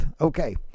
Okay